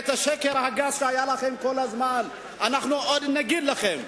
ואת השקר הגס שהיה לכם כל הזמן אנחנו עוד נגיד לכם.